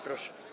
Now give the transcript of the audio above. Proszę.